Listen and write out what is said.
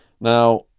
Now